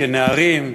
כנערים,